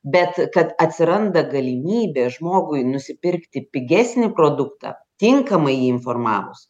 bet kad atsiranda galimybė žmogui nusipirkti pigesnį produktą tinkamai jį informavus